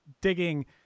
digging